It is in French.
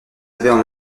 avaient